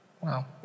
Wow